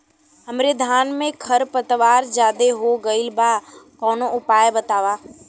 हमरे धान में खर पतवार ज्यादे हो गइल बा कवनो उपाय बतावा?